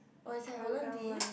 oh it's at Holland-V